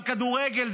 הכדורגל,